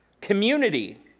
community